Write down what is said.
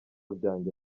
byanjye